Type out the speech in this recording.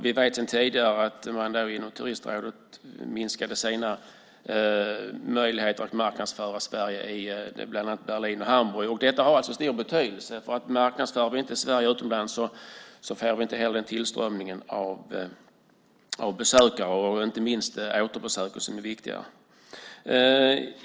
Vi vet sedan tidigare att man inom Turistrådet minskade sina möjligheter att marknadsföra Sverige i bland annat Berlin och Hamburg. Detta har stor betydelse, därför att om vi inte marknadsför Sverige utomlands får vi inte heller en tillströmning av besökare. Inte minst är återbesöken viktiga.